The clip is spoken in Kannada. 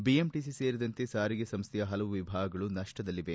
ಬಿಎಂಟಿಸಿ ಸೇರಿದಂತೆ ಸಾರಿಗೆ ಸಂಸ್ಥೆಯ ಹಲವು ವಿಭಾಗಗಳು ನಷ್ಷದಲ್ಲಿವೆ